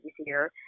easier